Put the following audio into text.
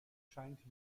scheint